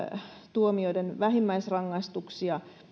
tuomioiden vähimmäisrangaistuksia